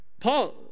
Paul